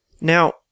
Now